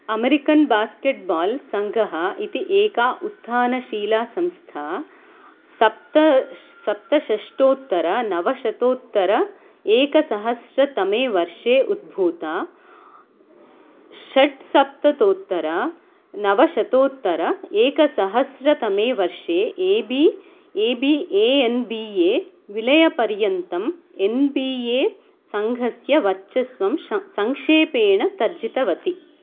American basketballs सङ्घः इति एका उत्थानशीला संस्था सप्त सप्तषष्टोत्तरनवशतोत्तर एकसहस्रतमे वर्षे उद्भूता षड्सप्ततोत्तरनवशतोत्तर एकसहस्रतमे वर्षे A B A B A N B A विलयपर्यन्तम् एन् बी ए सङ्घस्य वर्चस्वं शं संक्षेपेण तर्जितवती